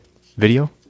Video